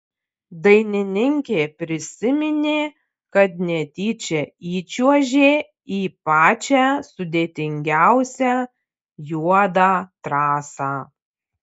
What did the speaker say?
dainininkė prisiminė kad netyčia įčiuožė į pačią sudėtingiausią juodą trasą